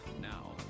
Now